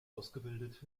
ausgebildet